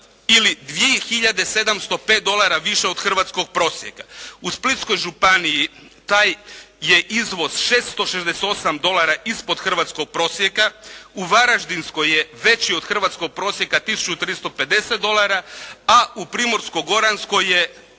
705 dolara više od hrvatskog prosjeka. U Splitskoj županiji taj je izvoz 668 dolara ispod hrvatskog prosjeka. U Varaždinskoj je veći od hrvatskog prosjeka, 1350 dolara, a u Primorsko-goranskoj je